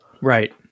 right